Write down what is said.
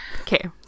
Okay